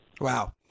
Wow